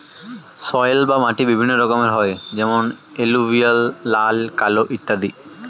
soil বা মাটি বিভিন্ন রকমের হয় যেমন এলুভিয়াল, লাল, কালো ইত্যাদি